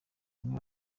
bamwe